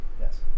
Yes